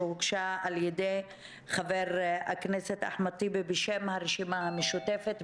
שהוגשה על ידי חבר הכנסת אחמד טיבי בשם הרשימה המשותפת,